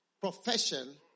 profession